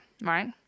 right